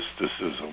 mysticism